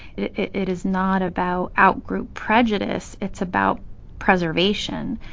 it is not about out-group prejudice it's about preservation.